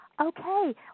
okay